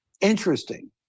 Interesting